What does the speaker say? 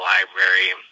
Library